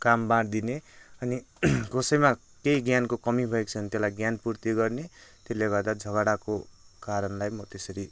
काम बाँडिदिने अनि कसैमा केही ज्ञानको कमी भएको छ भने त्यसलाई ज्ञान पूर्ति गर्ने त्यसले गर्दा झगडाको कारणलाई म त्यसरी सुल्झाउछु